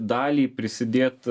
dalį prisidėt